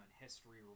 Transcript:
history